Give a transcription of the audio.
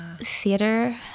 Theater